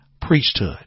priesthood